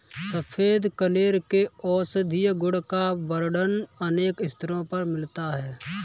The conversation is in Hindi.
सफेद कनेर के औषधीय गुण का वर्णन अनेक स्थलों पर मिलता है